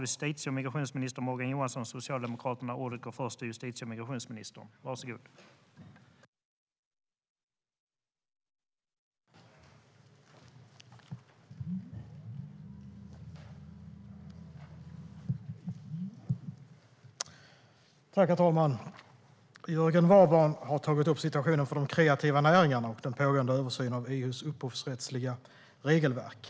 Jörgen Warborn har tagit upp situationen för de kreativa näringarna och den pågående översynen av EU:s upphovsrättsliga regelverk.